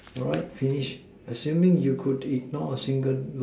write finish assuming you could ignore a single